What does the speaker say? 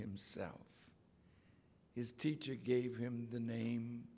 himself his teacher gave him the name